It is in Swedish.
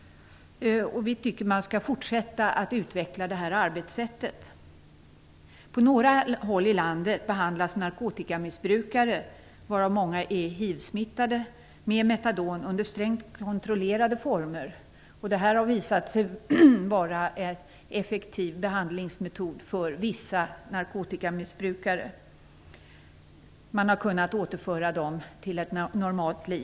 Vi tycker att man skall fortsätta att utveckla det arbetssättet. På några håll i landet behandlas narkotikamissbrukare, varav många är hivsmittade, med metadon i strängt kontrollerade former. Det har visat sig vara en effektiv behandlingsmetod för vissa narkotikamissbrukare, som har kunnat återföras till ett normalt liv.